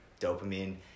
dopamine